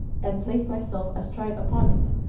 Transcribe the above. and placed myself astride upon it,